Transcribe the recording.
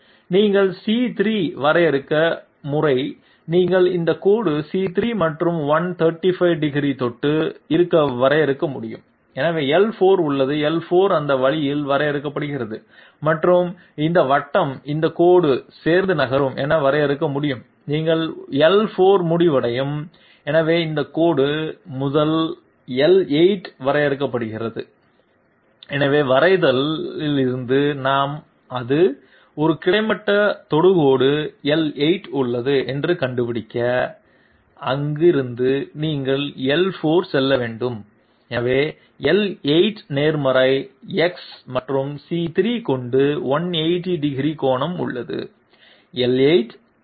நீங்கள் c 3 வரையறுக்க முறை நீங்கள் இந்த கோடு c 3 மற்றும் 135 டிகிரி தொட்டு இருக்க வரையறுக்க முடியும் எனவே l 4 உள்ளது l 4 அந்த வழியில் வரையறுக்கப்படுகிறது மற்றும் இந்த வட்டம் இந்த கோடு சேர்த்து நகரும் என வரையறுக்க முடியும் நீங்கள் l 4 முடிவடையும் எனவே இந்த கோடு முதல் l 8 வரையறுக்கப்படுகிறது வேண்டும் எனவே வரைதல் இருந்து நாம் அது ஒரு கிடைமட்ட தொடுகோடு l 8 உள்ளது என்று கண்டுபிடிக்க அங்கு இருந்து நீங்கள் எல் 4 செல்ல வேண்டும் எனவே எல் 8 நேர்மறை X மற்றும் c 3 கொண்டு 180 டிகிரி கோணம் உள்ளது l 8 l 4 R 19